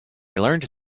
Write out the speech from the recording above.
learned